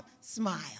smile